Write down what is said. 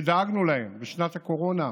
שדאגנו להם בשנת הקורונה.